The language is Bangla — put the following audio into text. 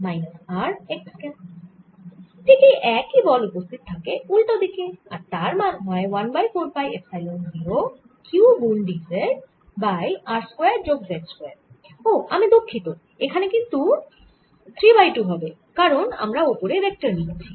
ঠিক এই একই বল উপস্থিত থাকে উল্টো দিকে আর তার মান হয় 1 বাই 4 পাই এপসাইলন 0 q গুন d z by r square যোগ z স্কয়ার আমি দুঃখিত ওখানে কিন্তু 3 বাই 2 হবে কারণ আমরা ওপরে ভেক্টর নিয়েছি